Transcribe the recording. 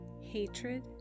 hatred